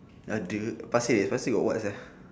ya !duh! pasir ris pasir ris got what sia